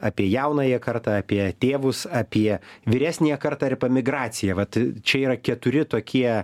apie jaunąją kartą apie tėvus apie vyresniąją kartą ir apie migraciją vat čia yra keturi tokie